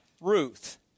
Ruth